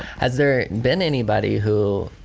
has there been anybody who,